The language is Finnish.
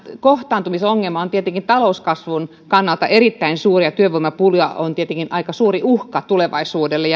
kohtaantumisongelma on tietenkin talouskasvun kannalta erittäin suuri ja työvoimapula on tietenkin aika suuri uhka tulevaisuudelle